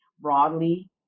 broadly